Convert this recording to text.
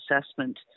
assessment